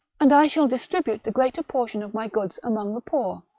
and i shall distribute the greater portion of my goods among the poor,